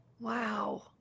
wow